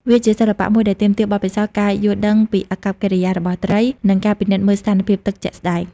វាជាសិល្បៈមួយដែលទាមទារបទពិសោធន៍ ការយល់ដឹងពីអាកប្បកិរិយារបស់ត្រី និងការពិនិត្យមើលស្ថានភាពទឹកជាក់ស្តែង។